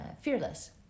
Fearless